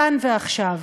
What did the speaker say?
כאן ועכשיו.